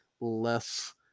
less